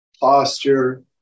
posture